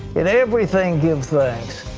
in everything give thanks.